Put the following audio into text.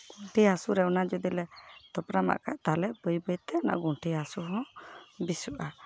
ᱜᱩᱱᱴᱷᱤ ᱦᱟᱹᱥᱩ ᱨᱮ ᱚᱱᱟ ᱡᱩᱫᱤ ᱞᱮ ᱛᱷᱚᱯᱨᱟᱢᱟᱜ ᱠᱷᱟᱡ ᱛᱟᱦᱚᱞᱮ ᱵᱟᱹᱭ ᱵᱟᱹᱭᱛᱮ ᱚᱱᱟ ᱜᱩᱱᱴᱷᱤ ᱦᱟᱹᱥᱩ ᱦᱚᱸ ᱵᱮᱥᱚᱜᱼᱟ